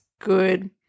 good